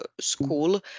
school